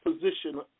position